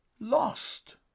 lost